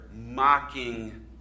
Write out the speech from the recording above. mocking